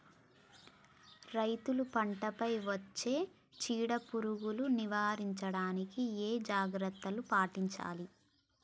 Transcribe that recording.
రైతులు పంట పై వచ్చే చీడ పురుగులు నివారించడానికి ఏ జాగ్రత్తలు పాటించాలి?